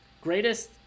greatest